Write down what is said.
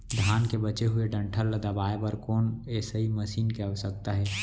धान के बचे हुए डंठल ल दबाये बर कोन एसई मशीन के आवश्यकता हे?